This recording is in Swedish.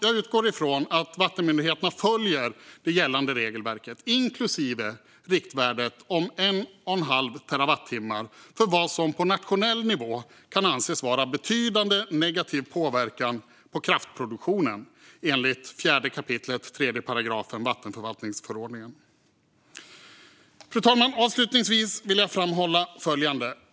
Jag utgår från att vattenmyndigheterna följer det gällande regelverket, inklusive riktvärdet om en och en halv terawattimme för vad som på nationell nivå kan anses vara betydande negativ påverkan på kraftproduktionen enligt 4 kap. 3 § vattenförvaltningsförordningen. Fru talman! Avslutningsvis vill jag framhålla följande.